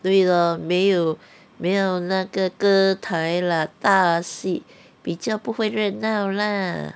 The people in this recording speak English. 对 lor 没有没有那个歌台 lah 大戏比较不会热闹 lah